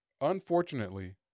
Unfortunately